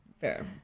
Fair